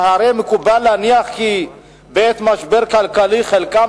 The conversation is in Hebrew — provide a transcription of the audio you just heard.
שהרי מקובל להניח כי בעת משבר כלכלי חלקם